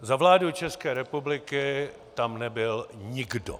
Za vládu České republiky tam nebyl nikdo.